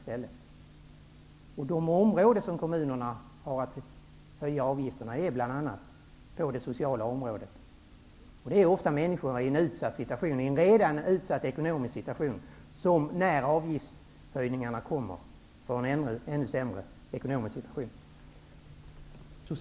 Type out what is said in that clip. Bland de områden som kommunerna har att höja avgifterna på finns bl.a. det sociala området. Det är ofta fråga om människor i en redan utsatt ekonomisk situation. När avgiftshöjningarna kommer får de en ännu sämre situation.